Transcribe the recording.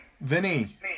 Vinny